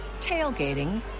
tailgating